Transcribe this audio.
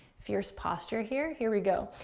fierce posture here. here we go.